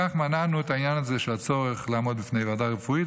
בכך מנענו את העניין הזה של הצורך לעמוד בפני ועדה רפואית,